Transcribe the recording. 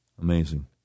Amazing